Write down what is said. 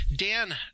Dan